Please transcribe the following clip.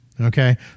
Okay